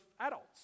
Adults